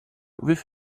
with